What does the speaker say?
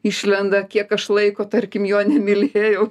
išlenda kiek aš laiko tarkim jo nemylėjau